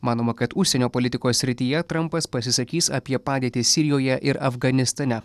manoma kad užsienio politikos srityje trampas pasisakys apie padėtį sirijoje ir afganistane